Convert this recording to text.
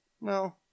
No